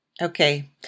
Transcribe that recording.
Okay